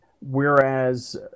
whereas